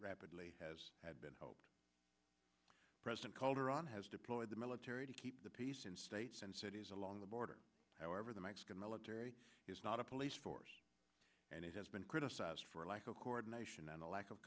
rapidly as had been hoped president calderon has deployed the military to keep the peace in states and cities along the border however the mexican military is not a police force and it has been criticized for a lack of coordination and lack of